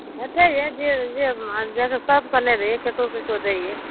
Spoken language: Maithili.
भेटैया जे सभकेँ नहि दैया ककरो ककरो दैया